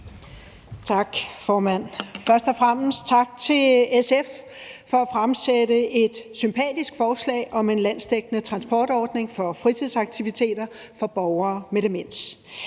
Tak, formand. Først og fremmest tak til SF for at fremsætte et sympatisk forslag om en landsdækkende transportordning for fritidsaktiviteter for borgere med demens.